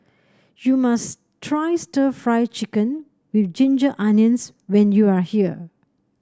you must try stir Fry Chicken with Ginger Onions when you are here